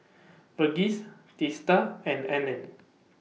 Verghese Teesta and Anand